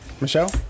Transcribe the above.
Michelle